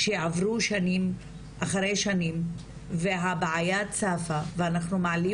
שעברו שנים על גבי שנים והבעיה צפה ואנחנו מעלים